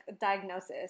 diagnosis